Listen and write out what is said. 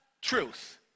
truth